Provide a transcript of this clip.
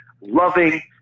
loving